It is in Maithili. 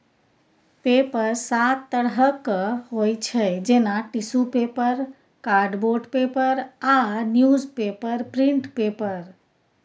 पेपर सात तरहक होइ छै जेना टिसु पेपर, कार्डबोर्ड पेपर आ न्युजपेपर प्रिंट पेपर